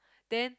then